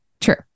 True